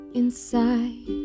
inside